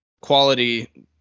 quality